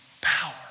power